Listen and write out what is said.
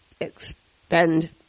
expend